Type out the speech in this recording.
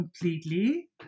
completely